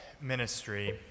ministry